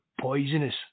poisonous